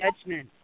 judgment